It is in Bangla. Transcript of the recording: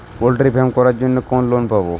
পলট্রি ফার্ম করার জন্য কোন লোন পাব?